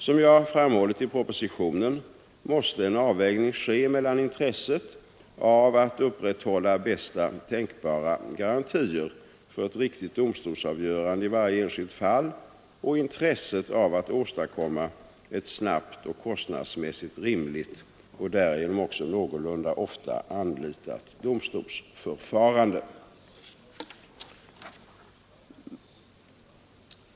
Som jag framhållit i propositionen måste en avvägning göras mellan intresset av att upprätthålla bästa tänkbara garantier för ett riktigt domstolsavgörande i varje enskilt fall och intresset av att åstadkomma ett snabbt och kostnadsmässigt rimligt och därigenom också någorlunda ofta anlitat domstolsförfarande.